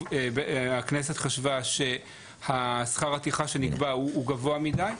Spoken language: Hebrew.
הכנסת חשבה ששכר הטרחה שנגבה הוא גבוה מידי.